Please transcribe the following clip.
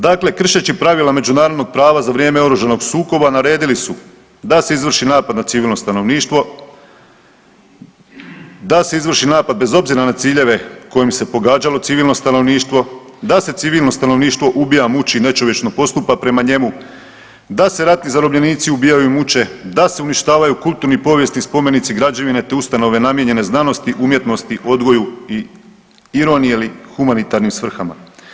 Dakle, kršeći pravila međunarodnog prava za vrijeme oružanog sukoba naredili su da se izvrši napad na civilno stanovništvo, da se izvrši napad bez obzira na ciljeve kojim se pogađalo civilno stanovništvo, da se civilno stanovništvo ubija, muči i nečovječno postupa prema njemu, da se ratni zarobljenici ubijaju i muče, da se uništavaju kulturni i povijesni spomenici, građevine, te ustanove namijenjene znanosti, umjetnosti, odgoju i ironije li humanitarnim svrhama.